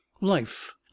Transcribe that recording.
life